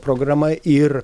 programa ir